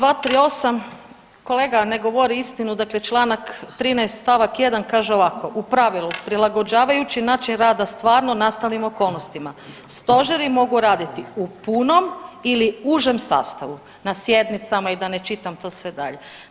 238. kolega ne govori istinu, dakle čl. 13. st. 1. kaže ovako „U pravilu prilagođavajući način rada stvarno nastalim okolnostima stožeri mogu raditi u punom ili užem sastavu na sjednicama“ i da ne čitam to sve dalje.